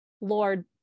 Lord